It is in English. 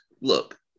look